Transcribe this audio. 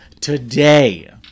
Today